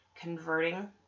converting